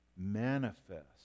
manifest